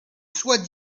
soit